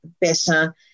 better